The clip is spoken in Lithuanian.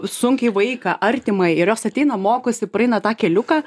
sunkiai vaiką artimą ir jos ateina mokosi praeina tą keliuką